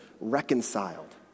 reconciled